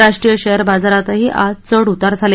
राष्ट्रीय शेअर बाजारातही आज चढउतार झाले